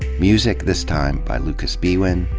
music this time by lucas biewen,